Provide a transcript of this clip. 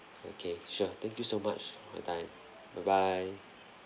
okay sure thank you so much for your time bye bye